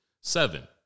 Seven